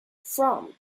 from